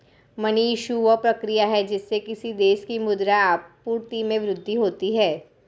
money issue, वह प्रक्रिया है जिससे किसी देश की मुद्रा आपूर्ति में वृद्धि होती है